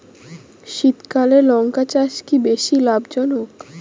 শীতকালে লঙ্কা চাষ কি বেশী লাভজনক?